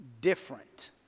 different